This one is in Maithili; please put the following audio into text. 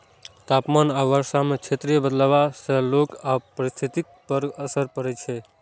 तापमान आ वर्षा मे क्षेत्रीय बदलाव सं लोक आ पारिस्थितिकी पर असर पड़ै छै